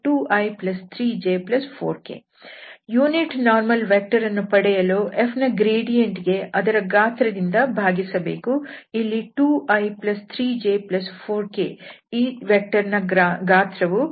ಏಕಾಂಶ ಲಂಬ ಸದಿಶ ವನ್ನು ಪಡೆಯಲು f ನ ಗ್ರೇಡಿಯಂಟ್ ಗೆ ಅದರ ಗಾತ್ರ ದಿಂದ ಭಾಗಿಸಬೇಕು ಇಲ್ಲಿ 2i3j4k ಈ ವೆಕ್ಟರ್ ನ ಗಾತ್ರವು 29